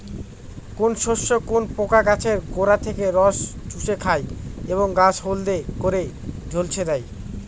কোন শস্যে কোন পোকা গাছের গোড়া থেকে রস চুষে খায় এবং গাছ হলদে করে ঝলসে দেয়?